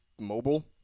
mobile